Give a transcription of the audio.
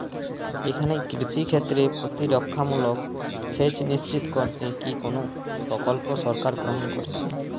এখানে কৃষিক্ষেত্রে প্রতিরক্ষামূলক সেচ নিশ্চিত করতে কি কোনো প্রকল্প সরকার গ্রহন করেছে?